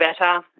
Better